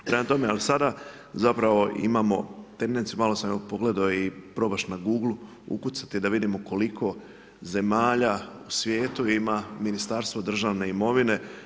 Prema tome, ali sada, zapravo imamo tendencije, malo sam ga pogledao i probaš na Google ukucati da vidimo koliko zemalja u svijetu ima Ministarstvo države imovine.